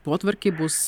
potvarkiai bus